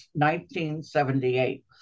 1978